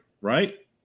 right